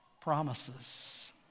promises